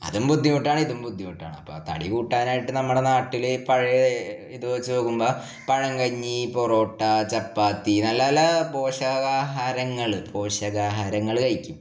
അതും ബുദ്ധിമുട്ടാണ് ഇതും ബുദ്ധിമുട്ടാണ് അപ്പോൾ തടി കൂട്ടാനായിട്ട് നമ്മുടെ നാട്ടിൽ പഴയ ഇത് വെച്ച് നോക്കുമ്പോൾ പഴങ്കഞ്ഞി പൊറോട്ട ചപ്പാത്തി നല്ല നല്ല പോഷകാഹാരങ്ങൾ പോഷകാഹാരങ്ങൾ കഴിക്കും